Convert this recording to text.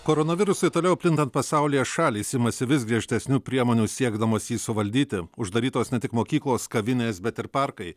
koronavirusui toliau plintant pasaulyje šalys imasi vis griežtesnių priemonių siekdamos jį suvaldyti uždarytos ne tik mokyklos kavinės bet ir parkai